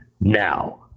now